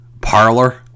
parlor